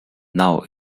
now